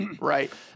Right